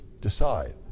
decide